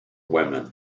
women